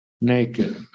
naked